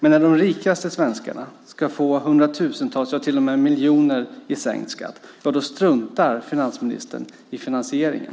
När de rikaste svenskarna ska få miljoner i sänkt skatt struntar finansministern i finansieringen.